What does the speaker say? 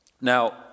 Now